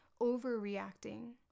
overreacting